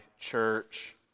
church